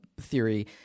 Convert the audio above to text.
theory